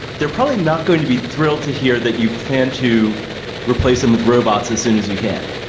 they're probably not going to be thrilled to hear that you plan to replace them with robots as soon as you can.